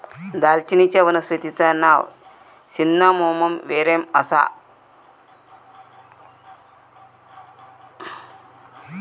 दालचिनीचच्या वनस्पतिचा नाव सिन्नामोमम वेरेम आसा